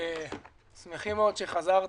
שמחים שחזרת.